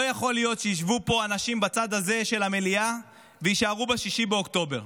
לא יכול להיות שישבו פה אנשים בצד הזה של המליאה ויישארו ב-6 באוקטובר.